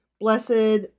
blessed